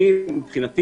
מבחינתי,